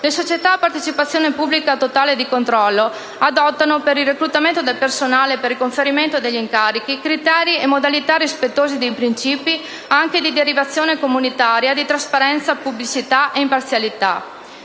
le società a partecipazione pubblica totale o di controllo adottano, per il reclutamento del personale e per il conferimento degli incarichi criteri e modalità rispettosi dei princìpi, anche di derivazione comunitaria, di trasparenza, pubblicità e imparzialità.